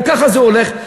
וככה זה הולך.